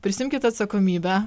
prisiimkit atsakomybę